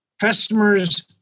Customers